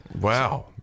wow